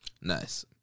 Nice